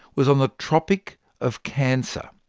was on the tropic of cancer.